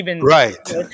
Right